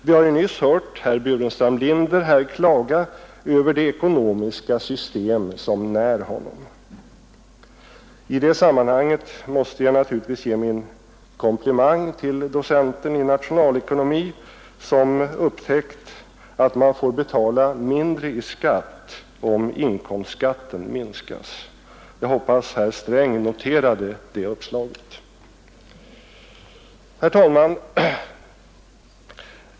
Vi har ju nyss hört herr Burenstam Linder här klaga över det ekonomiska system som när honom. I det sammanhanget måste jag naturligtvis ge min komplimang till docenten i nationalekonomi som upptäckt att man får betala mindre i skatt om inkomstskatten minskas. Jag hoppas herr Sträng noterade det uppslaget. Herr talman!